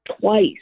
twice